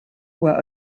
were